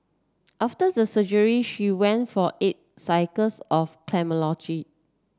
after the surgery she went for eight cycles of